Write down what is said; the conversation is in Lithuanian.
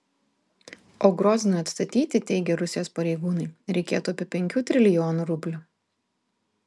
o groznui atstatyti teigia rusijos pareigūnai reikėtų apie penkių trilijonų rublių